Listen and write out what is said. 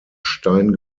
stein